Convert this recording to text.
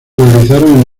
realizaron